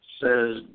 says